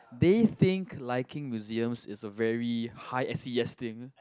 they think liking museum it's a very high S_E_S thing